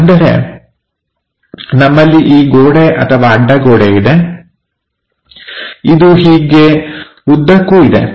ಅಂದರೆ ನಮ್ಮಲ್ಲಿ ಈ ಗೋಡೆ ಅಡ್ಡಗೋಡೆ ಇದೆ ಇದು ಹೀಗೆ ಉದ್ದಕ್ಕೂ ಇದೆ